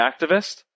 activist